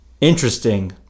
Interesting